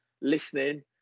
Listening